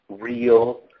real